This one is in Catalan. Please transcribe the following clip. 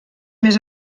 més